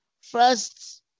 First